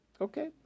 Okay